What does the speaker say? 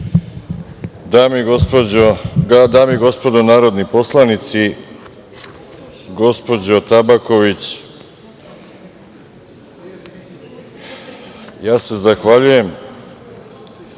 i gospodo narodni poslanici, gospođo Tabaković, ja se zahvaljujem